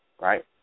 right